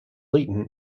layton